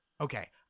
okay